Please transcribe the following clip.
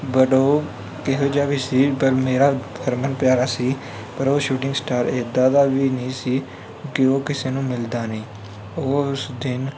but ਉਹ ਕਿਹੋ ਜਿਹਾ ਵੀ ਸੀ ਪਰ ਮੇਰਾ ਹਰਮਨ ਪਿਆਰਾ ਸੀ ਪਰ ਉਹ ਸ਼ੂਟਿੰਗ ਸਟਾਰ ਇੱਦਾਂ ਦਾ ਵੀ ਨਹੀਂ ਸੀ ਕਿ ਉਹ ਕਿਸੇ ਨੂੰ ਮਿਲਦਾ ਨਹੀਂ ਉਹ ਉਸ ਦਿਨ